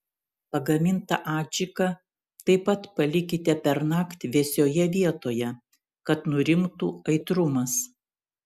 pagamintą adžiką taip pat palikite pernakt vėsioje vietoje kad nurimtų aitrumas